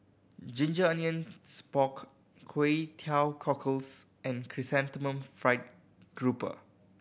ginger onions pork Kway Teow Cockles and Chrysanthemum Fried Grouper